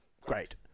great